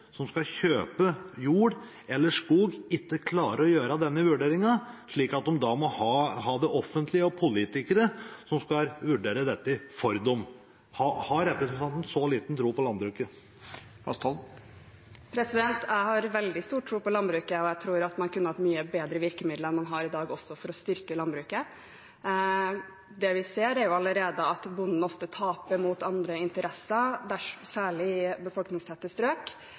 som skal kjøpe jord eller skog, ikke klarer å gjøre denne vurderingen, slik at de må ha det offentlige og politikere til å vurdere dette for dem? Har representanten så liten tro på landbruket? Jeg har veldig stor tro på landbruket, og jeg tror at man kunne hatt mye bedre virkemidler enn det man har i dag også for å styrke landbruket. Det vi ser, er at bonden ofte taper mot andre interesser, særlig i